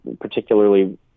particularly